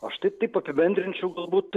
aš tai taip apibendrinčiau galbūt